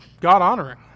God-honoring